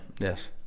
yes